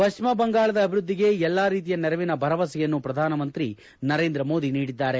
ಪಶ್ಚಿಮ ಬಂಗಾಳದ ಅಭಿವೃದ್ದಿಗೆ ಎಲ್ಲ ರೀತಿಯ ನೆರವಿನ ಭರವಸೆಯನ್ನು ಪ್ರಧಾನಮಂತ್ರಿ ನರೇಂದ್ರ ಮೋದಿ ನೀಡಿದ್ದಾರೆ